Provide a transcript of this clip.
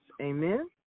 amen